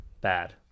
Bad